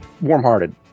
warm-hearted